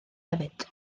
hefyd